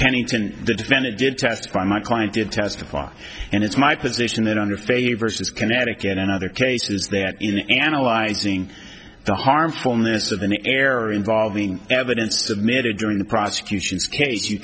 pennington the defendant did testify my client did testify and it's my position that under favors connecticut and other cases that in analyzing the harmfulness of an error involving evidence submitted during the prosecution's case you